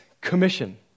commission